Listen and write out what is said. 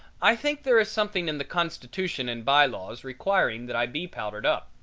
i think there is something in the constitution and by-laws requiring that i be powdered up.